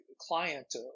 client